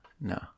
no